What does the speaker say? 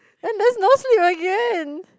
and there's no sleep again